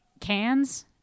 Cans